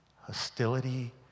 hostility